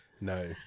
no